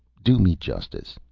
do me justice.